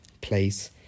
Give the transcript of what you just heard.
place